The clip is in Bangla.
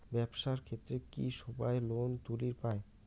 ব্যবসার ক্ষেত্রে কি সবায় লোন তুলির পায়?